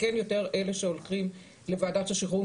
יותר על אלה שהולכים לוועדת שחרורים